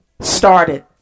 started